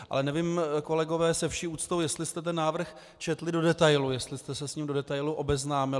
Ale nevím, kolegové, se vší úctou, jestli jste ten návrh četli do detailu, jestli jste se s ním do detailu obeznámili.